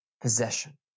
possession